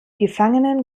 gefangenen